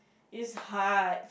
is hard